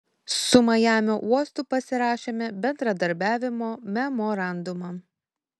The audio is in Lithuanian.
su majamio uostu pasirašėme bendradarbiavimo memorandumą